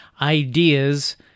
ideas